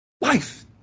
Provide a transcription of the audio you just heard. life